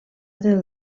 del